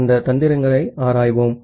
அந்த தந்திரங்களை ஆராய்வோம்